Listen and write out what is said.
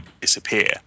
disappear